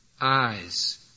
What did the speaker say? eyes